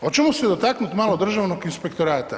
Hoćemo se istaknuti malo Državnog inspektorata?